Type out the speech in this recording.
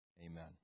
Amen